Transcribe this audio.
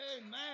Amen